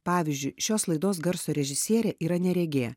pavyzdžiui šios laidos garso režisierė yra neregė